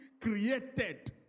created